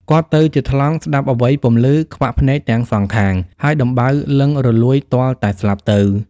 គាត់ទៅជាថ្លង់ស្តាប់អ្វីពុំឮ ខ្វាក់ភ្នែកទាំងសងខាង ហើយដំបៅលិង្គរលួយទាល់តែស្លាប់ទៅ។